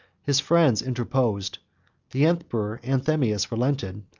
his friends interposed, the emperor anthemius relented,